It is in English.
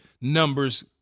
numbers